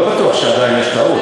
לא בטוח עדיין שיש טעות.